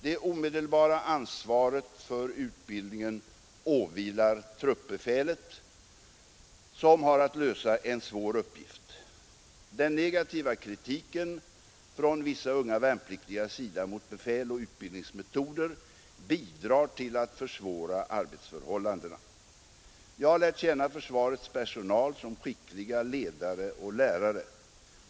Det omedelbara ansvaret för utbildningen åvilar truppbefälet, som har att lösa en svår uppgift. Den negativa kritiken fi in vissa unga värnpliktigas sida mot befäl och utbildningsmetoder bidrar till att försvåra arbetsförhållandena. Jag har lärt känna försvarets personal som skickliga ledare och lärare.